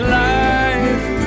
life